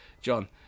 John